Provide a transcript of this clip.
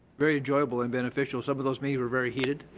very enjoyable and beneficial. some of those meetings were very heated,